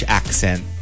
accent